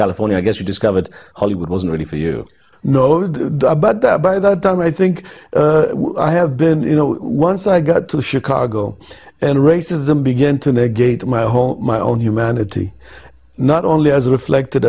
california i guess you discovered hollywood wasn't really for you know the but by that time i think i have been you know once i got to chicago and racism begin to negate my home my own humanity not only as reflected